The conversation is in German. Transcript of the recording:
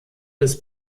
des